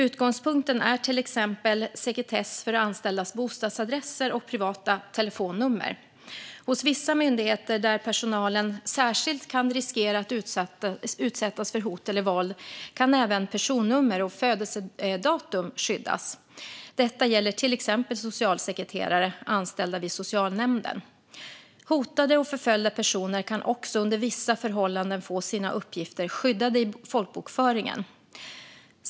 Utgångspunkten är till exempel sekretess för anställdas bostadsadresser och privata telefonnummer. Vid vissa myndigheter, där personalen särskilt kan riskera att utsättas för hot eller våld, kan även personnummer och födelsedatum skyddas. Detta gäller till exempel socialsekreterare anställda vid socialnämnden. Hotade och förföljda personer kan också under vissa förhållanden få sina uppgifter skyddade i folkbokföringen.